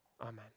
Amen